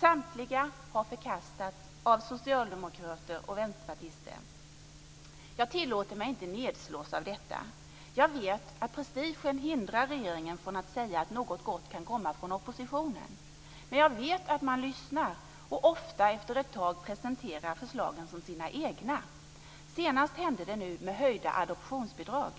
Samtliga har förkastats av socialdemokrater och vänsterpartister. Jag låter mig inte nedslås av detta. Jag vet ju att prestigen hindrar regeringen från att säga att något gott kan komma från oppositionen. Men jag vet ju att man lyssnar och ofta efter ett tag presenterar förslagen som sina egna. Senast hände det nu med höjda adoptionsbidrag.